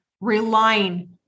relying